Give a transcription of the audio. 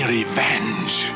revenge